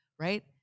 right